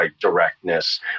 directness